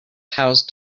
housed